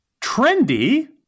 Trendy